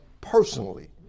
personally